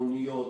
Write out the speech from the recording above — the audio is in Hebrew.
מוניות,